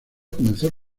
comenzó